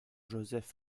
joseph